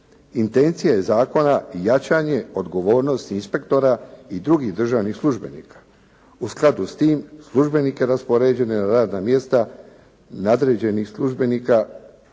Intencija je zakona jačanje odgovornosti inspektora i drugih državnih službenika. U skladu s tim službenike raspoređene na radna mjesta nadređenih službenika